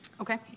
Okay